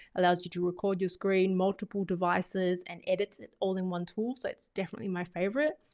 allows you to record your screen, multiple devices and edit it all in one tool. so it's definitely my favourite.